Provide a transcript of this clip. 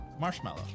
marshmallow